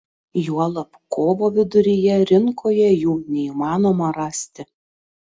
juolab kovo viduryje rinkoje jų neįmanoma rasti